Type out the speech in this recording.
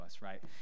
right